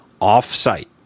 off-site